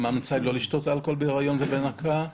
ההמלצה היא לא לשתות אלכוהול בהיריון ובהנקה.